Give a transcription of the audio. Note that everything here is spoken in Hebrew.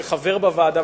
שחבר בוועדה,